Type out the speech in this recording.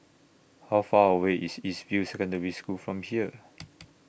How Far away IS East View Secondary School from here